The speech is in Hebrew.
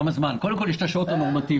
קודם כול יש את השעות הנורמטיביות.